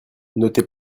notez